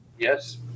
Yes